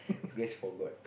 grace for god